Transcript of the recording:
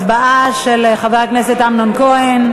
הצבעה על ההצעה של חבר הכנסת אמנון כהן.